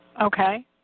Okay